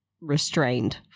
restrained